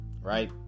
right